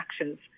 actions